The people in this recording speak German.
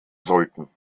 sollten